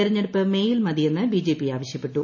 തെരഞ്ഞെടുപ്പ് മേയിൽ മതിയെന്ന് ബിജെപിയും ആവശ്യപ്പെട്ടു